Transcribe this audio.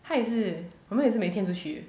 她也是我们也是每天出去的